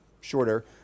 Shorter